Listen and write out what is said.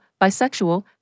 bisexual